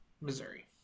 Missouri